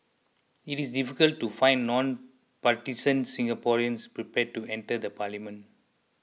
it is difficult to find non partisan Singaporeans prepared to enter the parliament